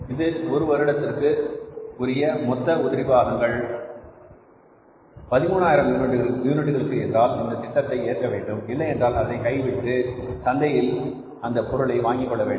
இது ஒரு வருடத்திற்கு உரிய மொத்த உதிரி பாகங்கள் 13000 யூனிட்களுக்கு என்றால் இந்த திட்டத்தை ஏற்க வேண்டும் இல்லையென்றால் அதனை கைவிட்டு சந்தையிலிருந்து அந்தப் பொருளை வாங்கிக் கொள்ள வேண்டும்